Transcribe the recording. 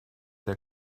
der